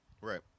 Right